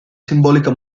simbolica